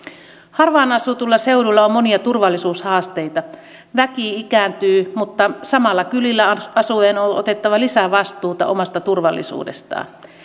harvaan asutuilla seuduilla on monia turvallisuushaasteita väki ikääntyy mutta samalla kylillä asuvien on on otettava lisää vastuuta omasta turvallisuudestaan